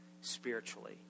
spiritually